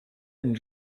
and